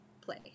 play